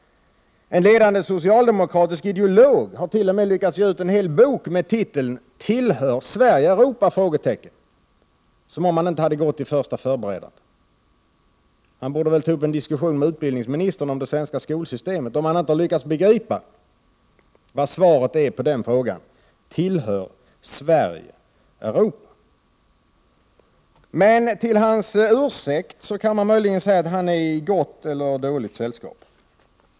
En ledande socialdemokratisk ideolog har t.o.m. lyckats ge ut en bok med titeln Tillhör Sverige Europa? som om han inte hade gått i första förberedande. Han borde ta upp en diskussion med utbildningsministern om det svenska skolsystemet, om han inte har lyckats begripa vad svaret är på den frågan. Till hans ursäkt kan man möjligen säga att han är i gott, eller dåligt, sällskap.